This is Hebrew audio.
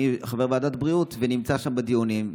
אני חבר ועדת בריאות ונמצא שם בדיונים,